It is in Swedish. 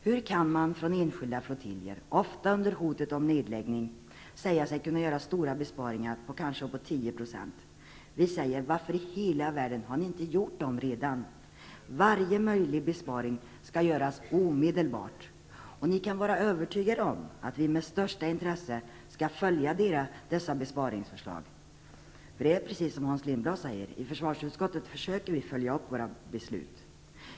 Hur kan man från enskilda flottiljer, ofta under hotet om nedläggning, säga sig kunna göra stora besparingar på uppåt 10 %? Vi säger: Varför i hela världen har ni inte gjort dem redan? Varje möjlig besparing skall göras omedelbart. Ni kan vara övertygade om att vi med största intresse skall följa dessa besparingsförslag. Det är nämligen precis som Hans Lindblad säger, att i försvarsutskottet försöker vi följa upp våra beslut.